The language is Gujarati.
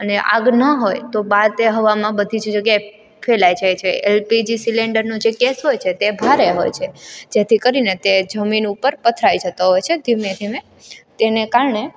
અને આગ ન હોય તો બહાર તે હવામાં બધી જ જગ્યાએ ફેલાઈ જાય છે એલપીજી સિલેન્ડરનો જે ગેસ હોય છે તે ભારે હોય છે જેથી કરીને તે જમીન ઉપર પથરાઈ જતો હોય છે ધીમે ધીમે તેને કારણે